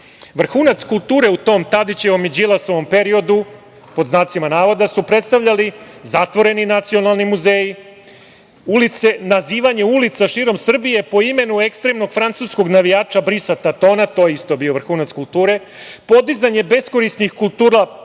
krst.„Vrhunac kulture“ u tom Tadićevom i Đilasovom periodu su predstavljali zatvoreni nacionalni muzeji, nazivanje ulica širom Srbije po imenu ekstremnog francuskog navijača Brisa Tatona, to je isto bio vrhunac kulture, podizanje beskorisnih kulisa